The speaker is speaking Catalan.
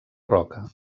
roca